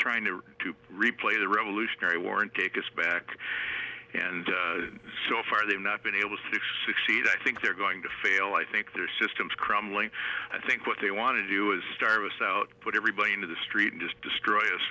trying to replay the revolutionary war and take us back and so far they've not been able to fix succeed i think they're going to fail i think their systems crumbling i think what they want to do is starve us out put everybody into the street and just destroy us